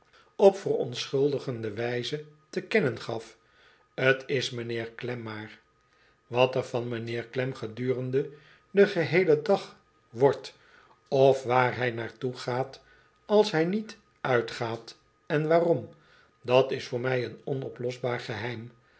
op verontschuldigende wijze te kennen gaf t is meneer klem maar water van meneer klem gedurende dengeheelen dag wordt of waar hij naar toe gaat als hij niet uitgaat en waarom dat is voor mij een onoplosbaar geheim